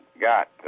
got